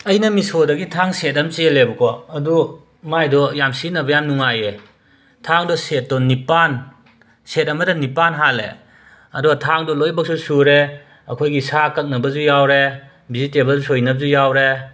ꯑꯩꯅ ꯃꯤꯁꯣꯗꯒꯤ ꯊꯥꯡ ꯁꯦꯠ ꯑꯃ ꯆꯦꯜꯂꯦꯕꯀꯣ ꯑꯗꯨ ꯃꯥꯒꯤꯗꯣ ꯌꯥꯝꯅ ꯁꯤꯖꯤꯟꯅꯕ ꯌꯥꯝꯅ ꯅꯨꯡꯉꯥꯏꯌꯦ ꯊꯥꯡꯗꯣ ꯁꯦꯠꯇꯣ ꯅꯤꯄꯥꯟ ꯁꯦꯠ ꯑꯃꯗ ꯅꯤꯄꯥꯟ ꯍꯥꯜꯂꯦ ꯑꯗꯣ ꯊꯥꯡꯗꯣ ꯂꯣꯏꯅꯃꯛꯁꯨ ꯁꯨꯔꯦ ꯑꯩꯈꯣꯏꯒꯤ ꯁꯥ ꯀꯛꯅꯕꯁꯨ ꯌꯥꯎꯔꯦ ꯕꯤꯖꯤꯇꯦꯕꯜ ꯁꯣꯏꯅꯕꯁꯨ ꯌꯥꯎꯔꯦ